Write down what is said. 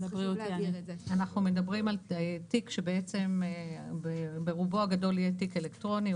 אנחנו מדברים על תיק שבעצם ברובו הגדול יהיה תיק אלקטרוני.